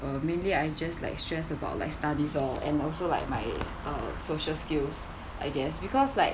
uh mainly I just like stressed about like studies oh and also like my uh social skills I guess because like